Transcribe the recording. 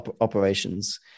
operations